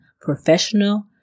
professional